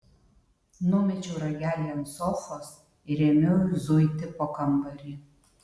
numečiau ragelį ant sofos ir ėmiau zuiti po kambarį